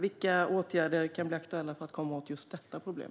Vilka åtgärder kan bli aktuella för att komma åt just detta problem?